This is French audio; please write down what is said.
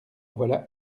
voilà